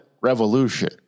revolution